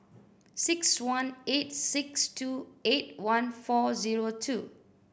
six one eight six two eight one four zero two